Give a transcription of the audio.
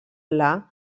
pla